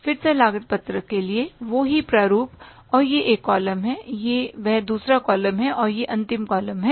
फिर से लागत पत्रक के लिए वो ही प्रारूप और यह एक कॉलम है यह वह दूसरा कॉलम है और यह अंतिम कॉलम है